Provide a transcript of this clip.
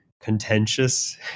contentious